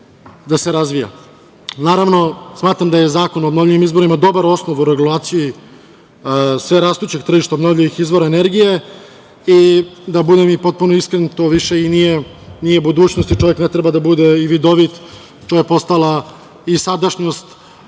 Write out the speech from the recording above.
da se razvija. Naravno, smatram da je Zakon o obnovljivim izvorima dobar osnov u regulaciji sve rastućeg tržišta obnovljivih izvora energije. Da budem i potpuno iskren to više i nije budućnost i čovek ne treba da bude vidovit, to je postala i sadašnjost